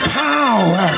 power